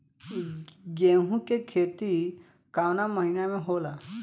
गेहूँ के खेती कवना महीना में होला?